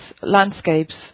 landscapes